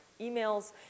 emails